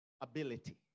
ability